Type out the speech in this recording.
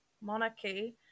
monarchy